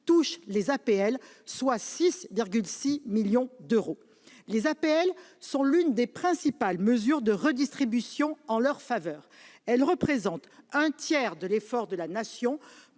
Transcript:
-touchent les APL, soit 6,6 millions. Les APL sont l'une des principales mesures de redistribution en leur faveur. Elles représentent un tiers de l'effort de la Nation